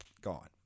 gone